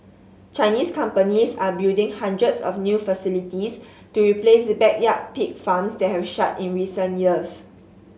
Chinese companies are building hundreds of new facilities to replace backyard pig farms that have shut in recent years